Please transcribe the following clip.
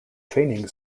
training